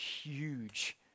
huge